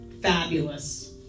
fabulous